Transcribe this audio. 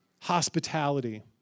hospitality